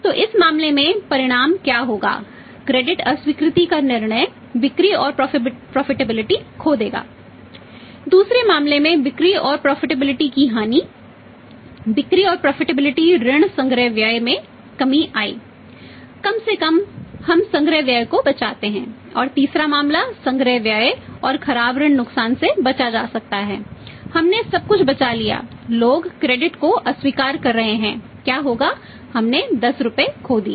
तो इस मामले में परिणाम क्या होगा क्रेडिट को अस्वीकार कर रहे हैं क्या होगा हमने 10 रुपये खो दिए